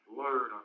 learn